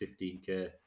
15K